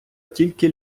тільки